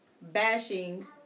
bashing